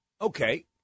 Okay